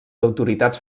autoritats